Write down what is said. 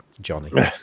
Johnny